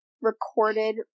recorded